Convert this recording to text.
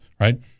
right